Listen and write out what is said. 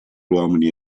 uomini